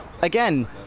again